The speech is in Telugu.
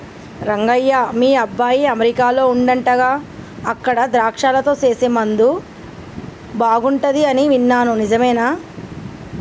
రంగయ్య మీ అబ్బాయి అమెరికాలో వుండాడంటగా అక్కడ ద్రాక్షలతో సేసే ముందు బాగుంటది అని విన్నాను నిజమేనా